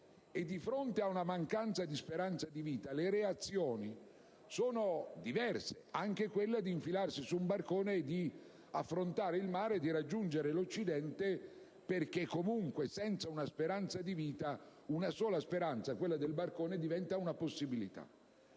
E di fronte a una mancanza di speranza di vita, le reazioni sono diverse, anche quella di infilarsi su un barcone e di affrontare il mare per raggiungere l'Occidente perché comunque, senza una speranza di vita, una sola speranza, quella del barcone, diventa una possibilità.